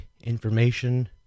Information